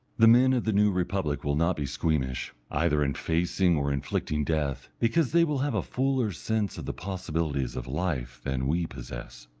the men of the new republic will not be squeamish, either, in facing or inflicting death, because they will have a fuller sense of the possibilities of life than we possess.